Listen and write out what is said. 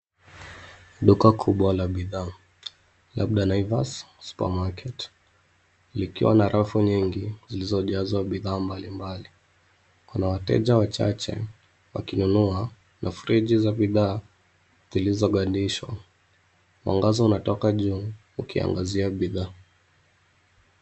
Duka kubwa la bidhaa labda Naivas Supermarket, likiwa na rafu nyingi zilizojazwa bidhaa mbalimbali. Kuna wateja wachache wakinunua na friji za bidhaa zilizogandishwa. Mwangaza unatoka juu ukiangazia bidhaa.